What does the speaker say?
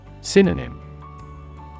Synonym